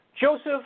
Joseph